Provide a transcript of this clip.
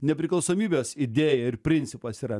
nepriklausomybės idėja ir principas yra